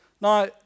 Now